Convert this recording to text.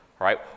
right